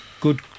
Good